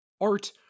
Art